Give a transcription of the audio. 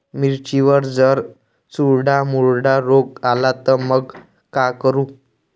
मिर्चीवर जर चुर्डा मुर्डा रोग आला त मंग का करू?